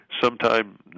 sometime